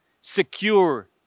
secure